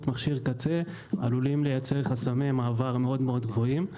מכשיר קצה עלולה לייצר חסמי מעבר גבוהים מאוד.